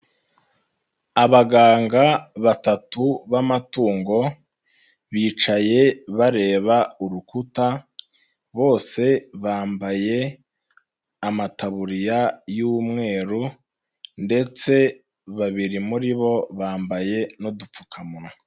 Abaganga batatu b'amatungo bicaye bareba urukuta, bose bambaye amataburiya y'umweru ndetse babiri muri bo bambaye n'udupfukamunwa.